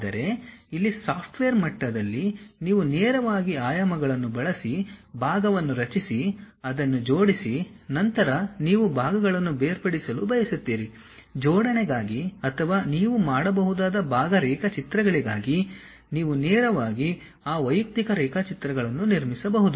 ಆದರೆ ಇಲ್ಲಿ ಸಾಫ್ಟ್ವೇರ್ ಮಟ್ಟದಲ್ಲಿ ನೀವು ನೇರವಾಗಿ ಆಯಾಮಗಳನ್ನು ಬಳಸಿ ಭಾಗವನ್ನು ರಚಿಸಿ ಅದನ್ನು ಜೋಡಿಸಿ ನಂತರ ನೀವು ಭಾಗಗಳನ್ನು ಬೇರ್ಪಡಿಸಲು ಬಯಸುತ್ತೀರಿ ಜೋಡಣೆಗಾಗಿ ಅಥವಾ ನೀವು ಮಾಡಬಹುದಾದ ಭಾಗ ರೇಖಾಚಿತ್ರಗಳಿಗಾಗಿ ನೀವು ನೇರವಾಗಿ ಆ ವೈಯಕ್ತಿಕ ರೇಖಾಚಿತ್ರಗಳನ್ನು ನಿರ್ಮಿಸಬಹುದು